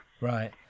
Right